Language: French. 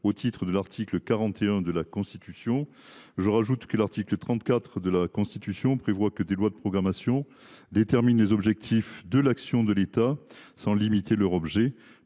au titre de l’article 41 de la Constitution. J’ajoute que l’article 34 de la Constitution prévoit que les lois de programmation déterminent les objectifs de l’action de l’État, sans limiter leur objet